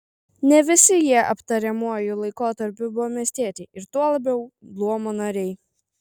ne visi jie aptariamuoju laikotarpiu buvo miestiečiai ir tuo labiau luomo nariai